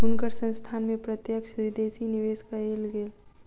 हुनकर संस्थान में प्रत्यक्ष विदेशी निवेश कएल गेल